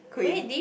queen